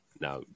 Now